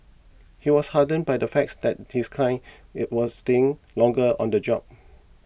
he was heartened by the fact that his clients it was staying longer on the job